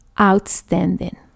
outstanding